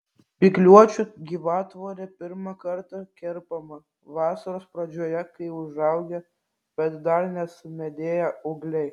spygliuočių gyvatvorė pirmą kartą kerpama vasaros pradžioje kai užaugę bet dar nesumedėję ūgliai